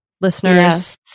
listeners